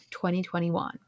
2021